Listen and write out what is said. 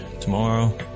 tomorrow